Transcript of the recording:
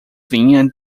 vinha